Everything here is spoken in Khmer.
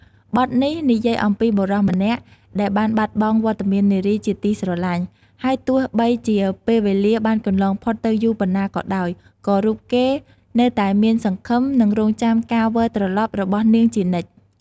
បទនេះនិយាយអំពីបុរសម្នាក់ដែលបានបាត់បង់វត្តមាននារីជាទីស្រឡាញ់ ហើយទោះបីជាពេលវេលាបានកន្លងផុតទៅយូរប៉ុណ្ណាក៏ដោយ ក៏រូបគេនៅតែមានសង្ឃឹម និងរង់ចាំការវិលត្រឡប់របស់នាងជានិច្ច។